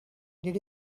did